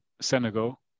Senegal